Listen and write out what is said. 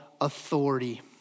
authority